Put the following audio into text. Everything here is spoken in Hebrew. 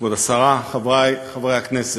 כבוד השרה, חברי חברי הכנסת,